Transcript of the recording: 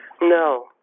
No